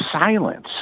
silence